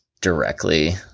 directly